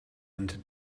into